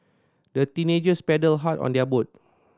the teenagers paddled hard on their boat